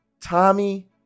Tommy